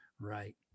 Right